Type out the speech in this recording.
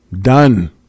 Done